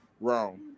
wrong